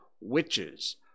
Witches